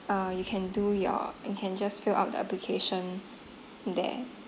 uh you can do your you can just fill out the application there